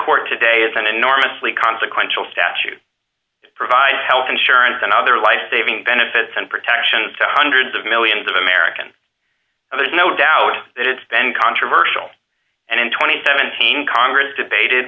court today is an enormously consequential statute provide health insurance and other life saving benefits and protections to hundreds of millions of americans and there's no doubt that it's been controversial and in two thousand and seventeen congress debated